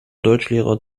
deutschlehrer